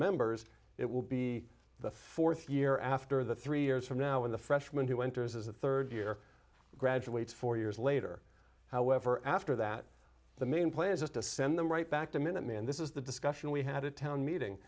members it will be the fourth year after the three years from now when the freshman who enters as the third year graduates four years later however after that the main play is just to send them right back to minute man this is the discussion we had a town meeting